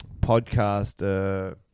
podcast